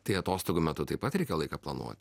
tai atostogų metu taip pat reikia laiką planuot